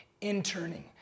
interning